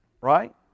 Right